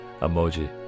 emoji